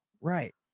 Right